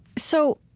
so,